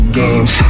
games